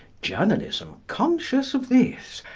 journalism, conscious of this,